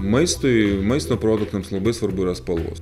maistui maisto produktams labai svarbu yra spalvos